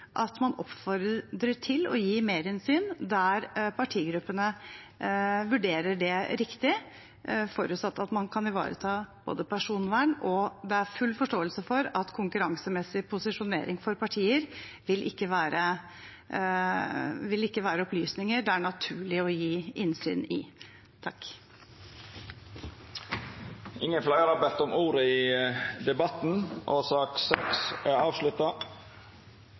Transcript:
at man oppfordrer til å gi merinnsyn der partigruppene vurderer det riktig, forutsatt at man kan ivareta personvern, og det er full forståelse for at konkurransemessig posisjonering for partier vil ikke være opplysninger det er naturlig å gi innsyn i. Fleire har ikkje bedt om ordet til sak nr. 6. Etter ynske frå kommunal- og